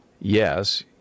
yes